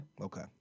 Okay